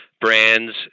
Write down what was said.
brands